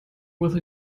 with